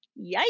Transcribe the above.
Yikes